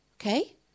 Okay